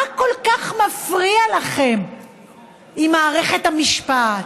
מה כל כך מפריע לכם עם מערכת המשפט,